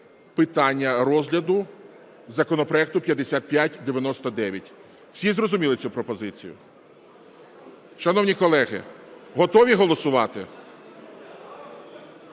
питання розгляду законопроекту 5599. Всі зрозуміли цю пропозицію? Шановні колеги, готові голосувати?